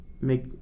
make